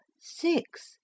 six